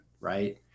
right